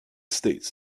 states